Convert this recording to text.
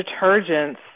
detergents